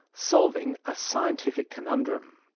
solving a scientific conundrum.